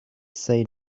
say